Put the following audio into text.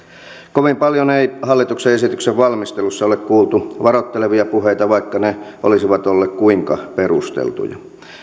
kovin paljon ei hallituksen esityksen valmistelussa ole kuultu varoittelevia puheita vaikka ne olisivat olleet kuinka perusteltuja